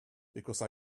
because